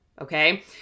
Okay